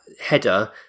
header